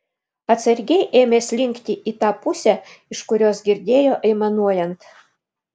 atsargiai ėmė slinkti į tą pusę iš kurios girdėjo aimanuojant